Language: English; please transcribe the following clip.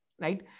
Right